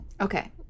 Okay